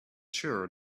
sure